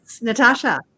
Natasha